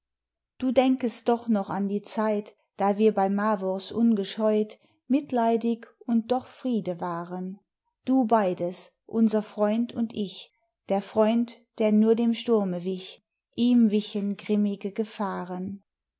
du denkest doch noch an die zeit da wir bei mavors ungescheut mitleidig und doch friede waren du beydes unser freund und ich der freund der nur dem sturme wich ihm wichen grimmige gefahren